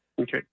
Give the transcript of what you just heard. Okay